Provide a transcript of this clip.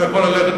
אתה יכול ללכת,